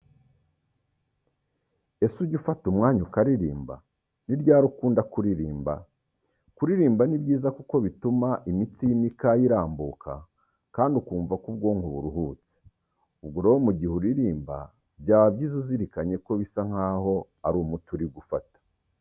Ese ujya ufata umwanya ukaririmba? Ni ryari ukunda kuririmba? Kuririmba ni byiza kuko bituma imitsi y'imikaya irambuka kandi ukumva ko ubwonko buruhutse. Ubwo rero mu gihe uririmba byaba byiza uzirikanye bisa nkaho ari umuti uri gufata.